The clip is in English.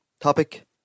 Topic